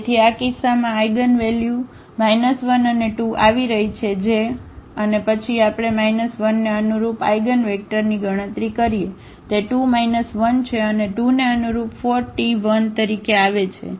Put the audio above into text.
તેથી આ કિસ્સામાં આઇગનવેલ્યુ 1 અને 2 આવી રહી છે અને પછી આપણે 1 ને અનુરૂપ આઇગનવેક્ટરની ગણતરી કરીએ તે 2 1 છે અને 2 ને અનુરૂપ તે4 1 તરીકે આવે છે